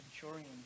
centurion